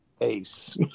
ace